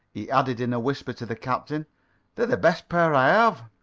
he added in a whisper to the captain, they're the best pair i have.